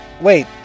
Wait